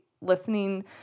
listening